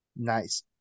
Nice